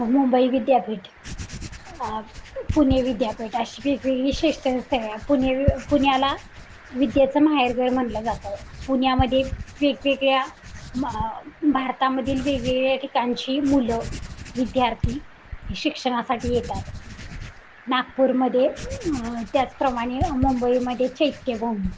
मुंबई विद्यापीठ पुणे विद्यापीठ अशी वेगवेगळी शैक्षणिक स्थळे आहे पुणे वि पुण्याला विद्याचं माहेरघर म्हटलं जातं पुण्यामध्ये वेगवेगळ्या भारतामधील वेगवेगळ्या ठिकाणची मुलं विद्यार्थी शिक्षणासाठी येतात नागपूरमध्ये त्याचप्रमाणे मुंबईमध्ये चैत्य भूमी